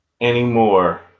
anymore